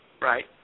Right